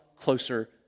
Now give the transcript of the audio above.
closer